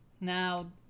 Now